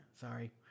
Sorry